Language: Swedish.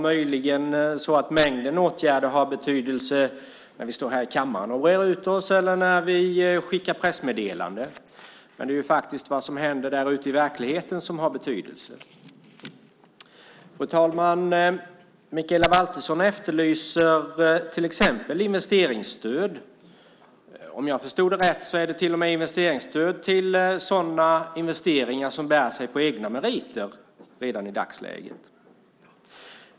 Möjligen har mängden åtgärder betydelse när vi står här i kammaren och breder ut oss eller när vi skickar pressmeddelanden. Men det är faktiskt vad som händer ute i verkligheten som har betydelse. Fru talman! Till exempel efterlyser Mikaela Valtersson investeringsstöd. Om jag förstod rätt är det till och med stöd till sådana investeringar som redan i dagsläget bär sig på egna meriter.